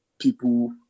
people